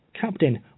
Captain